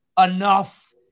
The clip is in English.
enough